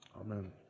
Amen